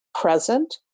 Present